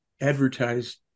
advertised